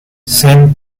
san